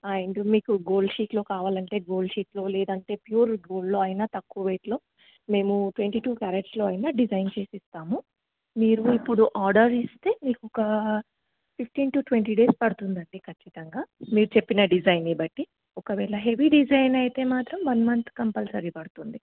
into మీకు gold షీట్లో కావాలంటే గోల్డ్ షీట్లో లేదంటే ప్యూర్ గోల్డ్లో అయినా తక్కువ వెయిట్లో మేము ట్వంటీ టూ క్యారెట్స్లో అయినా మేము డిజైన్ చేసి ఇస్తాము మీరు ఇప్పుడు ఆర్డర్ ఇస్తే మీకొక ఫిఫ్టీన్ టూ ట్వంటీ డేస్ పడుతుందడీ ఖచ్చితంగా మీరు చెప్పిన డిజైన్ని బట్టి ఒకవేళ హెవీ డిజైన్ అయితే మాత్రం వన్ మంత్ కంపల్సరీ పడుతుంది